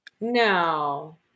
No